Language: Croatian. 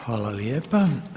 Hvala lijepa.